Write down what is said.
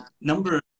number